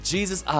Jesus